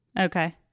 Okay